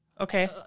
Okay